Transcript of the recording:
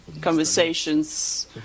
conversations